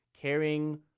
caring